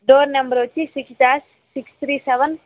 door number వచ్చి six dash six three seven